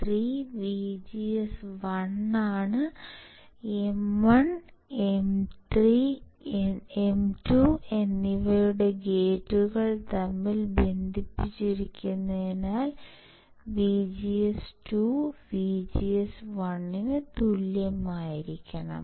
VGS3VGS1 ഉം M1 M2 എന്നിവയുടെ ഗേറ്റുകൾ തമ്മിൽ ബന്ധിപ്പിച്ചിരിക്കുന്നതിനാൽ VGS2 VGS1 ന് തുല്യമായിരിക്കണം